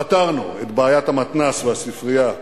פתרנו את בעיית המתנ"ס והספרייה בקריית-שמונה,